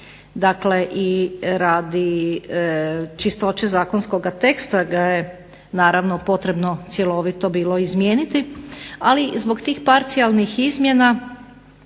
dakle i radi čistoće zakonskoga teksta ga je naravno potrebno cjelovito bilo izmijeniti. Ali, zbog tih parcijalnih izmjena